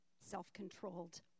Self-controlled